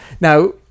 now